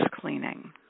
cleaning